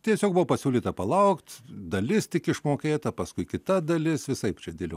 tiesiog buvo pasiūlyta palaukt dalis tik išmokėta paskui kita dalis visaip čia dėlio